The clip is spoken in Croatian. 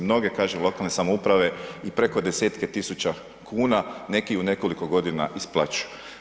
Mnoge kažem lokalne samouprave i preko desetke tisuća kuna, neki u nekoliko godina isplaćuju.